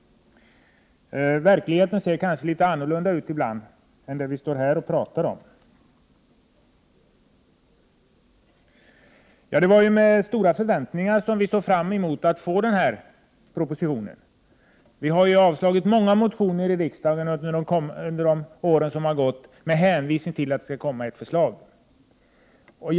Verkligheten överensstämmer inte alltid med det som vi här talar om. Vi förväntade oss mycket av propositionen i detta sammanhang. Många motioner har under åren avslagits här i riksdagen just med hänvisning till att förslag skulle läggas fram.